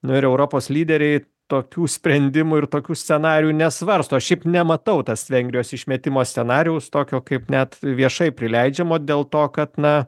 nu ir europos lyderiai tokių sprendimų ir tokių scenarijų nesvarsto šiaip nematau tas vengrijos išmetimo scenarijaus tokio kaip net viešai prileidžiamo dėl to kad na